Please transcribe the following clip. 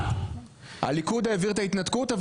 הליכוד העביר את ההתנתקות.